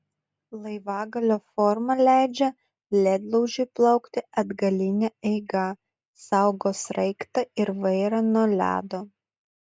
laivagalio forma leidžia ledlaužiui plaukti atgaline eiga saugo sraigtą ir vairą nuo ledo